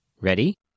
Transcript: Ready